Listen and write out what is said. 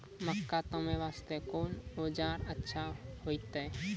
मक्का तामे वास्ते कोंन औजार अच्छा होइतै?